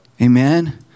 Amen